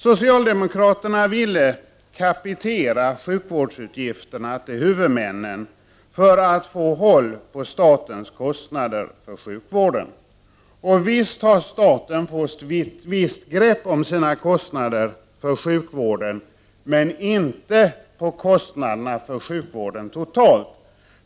Socialdemokraterna ville ”kapitera” sjukvårdsutgifterna till huvudmännen för att få håll på statens kostnader för sjukvården. Och visst har staten fått visst grepp om sina kostnader för sjukvården men inte om kostnaderna för sjukvården totalt.